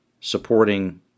supporting